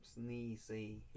sneezy